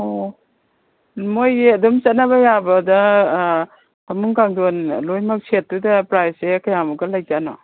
ꯑꯣ ꯃꯣꯏꯁꯦ ꯑꯗꯨꯝ ꯆꯠꯅꯕ ꯌꯥꯕꯗ ꯐꯃꯨꯡ ꯀꯥꯡꯊꯣꯟ ꯂꯣꯏꯅꯃꯛ ꯁꯦꯠꯇꯨꯗ ꯄ꯭ꯔꯥꯏꯖꯁꯦ ꯀꯌꯥꯃꯨꯛꯀ ꯂꯩꯕ ꯖꯥꯠꯅꯣ